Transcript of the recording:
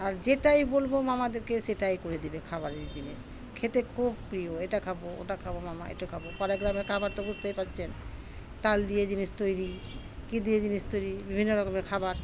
আর যেটাই বলবো মামাদেরকে সেটাই করে দেিবে খাবারের জিনিস খেতে খুব প্রিয় এটা খাবো ওটা খাবো মামা এটা খাবো পরে গ্রামে খাবার তো বুঝতেই পারছেন তাল দিয়ে জিনিস তৈরি কী দিয়ে জিনিস তৈরি বিভিন্ন রকমের খাবার